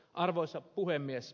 arvoisa puhemies